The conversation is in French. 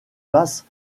basse